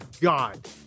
God